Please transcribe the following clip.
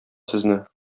сезне